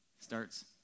Starts